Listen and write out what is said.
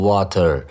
Water